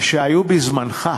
שהיו בזמנך,